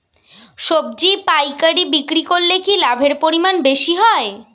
সবজি পাইকারি বিক্রি করলে কি লাভের পরিমাণ বেশি হয়?